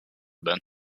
bed